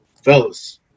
Fellas